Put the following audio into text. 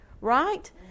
right